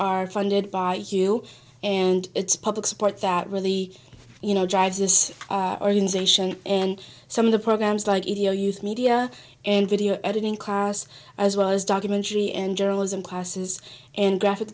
are funded by hugh and it's public support that really you know drives this organization and some of the programs like media and video editing class as well as documentary and journalism classes and graphic